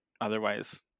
otherwise